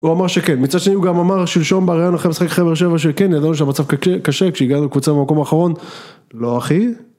הוא אמר שכן. מצד שני הוא גם אמר שלשום בראיון אחרי המשחק אחרי באר שבע שכן ידעו שהמצב קשה כשהגענו לקבוצה במקום האחרון, לא הכי